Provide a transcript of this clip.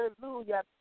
Hallelujah